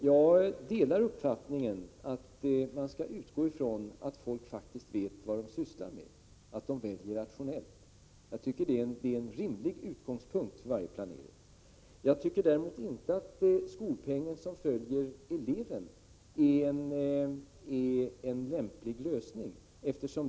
Jag delar uppfattningen att man skall utgå från att folk vet vad de sysslar med, att de väljer rationellt. Det är en rimlig utgångspunkt vid varje planering. Jag tycker däremot inte att det är en lämplig lösning att skolpengen skall följa eleven.